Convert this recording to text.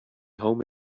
home